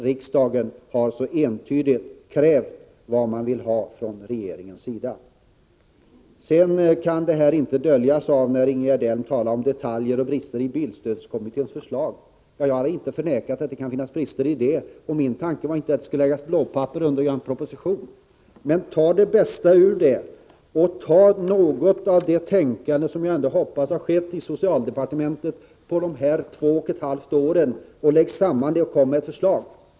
Riksdagen har ju entydigt sagt vad den kräver av regeringen. Det här kan inte döljas av att Ingegerd Elm talar om detaljer och brister i bilstödskommitténs förslag. Jag har inte förnekat att det kan finnas brister i det, men min tanke var inte att det skulle läggas blåpapper under och göras en proposition. Ta det bästa ur det förslaget och något av det, tänkande som jag ändå hoppas har skett i socialdepartementet på dessa två och ett halvt år, lägg samman det och kom med ett förslag!